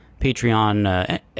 Patreon